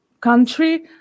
country